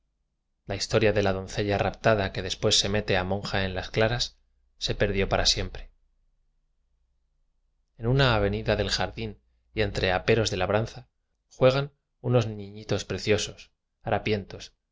la historia de la doncella raptada que después se mete a monja en las claras se perdió para siem pre en una avenida del jardín y entre aperos de labranza juegan unos niñitos preciosos harapientos